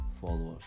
followers